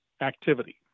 activity